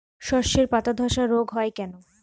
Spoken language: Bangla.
শর্ষের পাতাধসা রোগ হয় কেন?